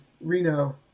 Reno